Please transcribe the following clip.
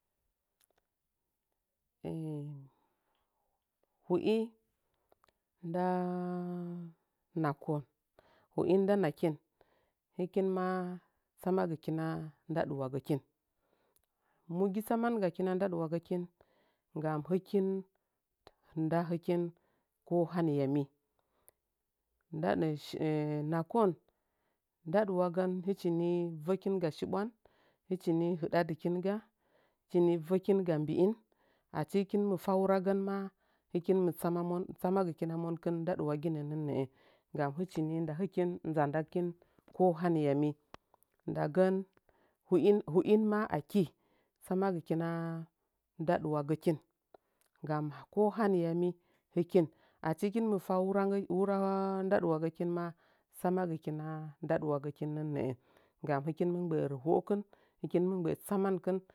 hui nda nakon hu'in nda nakin həkin ma tsamagɨ kina ndaɗuwagəkin migi tsaman gakina ndaɗuwagəkin gam hɨkin nda hɨkin ko haniyami nda nəə shi nakon ndaɗuwagən həchi ni vəkinga shibwan hɨchi ni hɨɗadɨkinga hɨchi ni vəkinga mbiin achi hɨkin mɨfa wuragən ma hɨkin mɨ tsama monki tsama gɨkina monkin ndaɗuwaginə nɨn əə gam hɨchi ni nda həkin kohaniyami ndagən hu'in hu'in ma aki tsamagɨkina ndaɗuwagə kin gam kohaniyami hɨkin achi hɨkin mɨfa wurangə wura ndaɗuwagəkin ma tsamagəkina ndaɗuwagəkin nɨnnə'ə gam hɨkin mɨ mgbəə rəhokin hɨkin mɨ mgbəə tsamankɨn